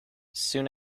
soon